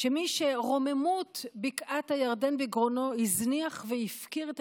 מי שרוממות בקעת הירדן בגרונו הזניח והפקיר את